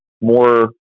more